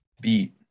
beat